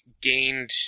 gained